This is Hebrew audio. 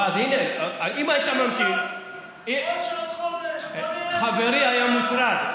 הינה, אם היית ממשיך, חברי היה מוטרד.